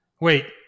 Wait